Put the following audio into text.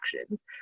actions